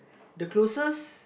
the closest